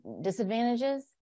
disadvantages